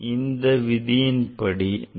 இந்த விதியின் படி நாம் 3